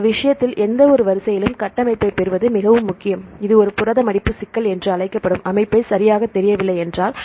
இந்த விஷயத்தில் எந்தவொரு வரிசையிலும் கட்டமைப்பைப் பெறுவது மிகவும் முக்கியம் இது ஒரு புரத மடிப்பு சிக்கல் என்று அழைக்கப்படும் அமைப்பு சரியாகத் தெரியவில்லை என்றால்